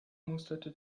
musterte